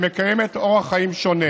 שמקיימת אורח חיים שונה.